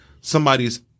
somebody's